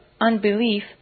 unbelief